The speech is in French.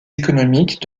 économiques